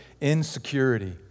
insecurity